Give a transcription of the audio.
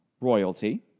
royalty